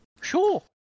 Sure